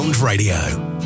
Radio